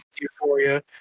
Euphoria